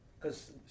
cause